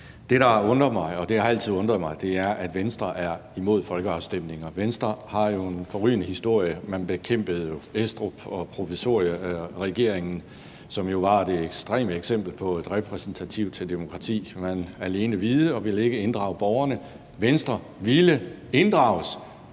Det, der undrer mig – og det har altid undret mig – er, at Venstre er imod folkeafstemninger. Venstre har jo en forrygende historie. Man bekæmpede Estrup og provisorieregeringen, som jo var det ekstreme eksempel på et repræsentativt demokrati – på, at man alene vide og ikke ville inddrage borgerne. Venstre ville inddrages,